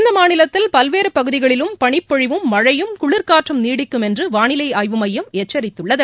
இந்த மாநிலத்தில் பல்வேறு பகுதிகளிலும் பளிப்பொழிவும் மழையும் குளிகாற்றும் நீடிக்கும் என்று வானிலை ஆய்வு மையம் எச்சரித்துள்ளது